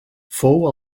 fou